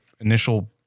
initial